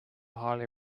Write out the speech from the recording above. highly